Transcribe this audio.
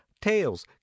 tails